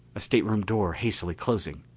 a stateroom door hastily closing.